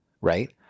right